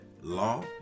law